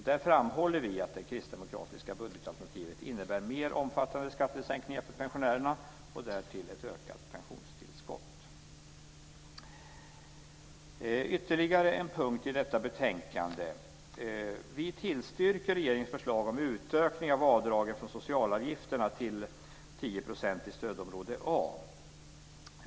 Där framhåller vi att det kristdemokratiska budgetalternativet innebär mer omfattande skattesänkningar för pensionärerna och därtill ett ökat pensionstillskott. Det finns ytterligare en punkt i detta betänkande. Vi tillstyrker regeringens förslag om en utökning av avdragen från socialavgifterna till 10 % i stödområde A.